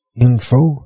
info